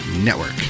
network